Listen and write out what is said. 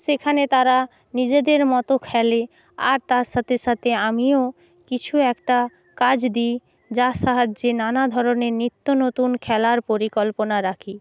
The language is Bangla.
সেখানে তারা নিজেদের মতো খেলে আর তার সাথে সাথে আমিও কিছু একটা কাজ দিই যার সাহায্যে নানাধরনের নিত্য নতুন খেলার পরিকল্পনা রাখি